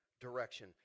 direction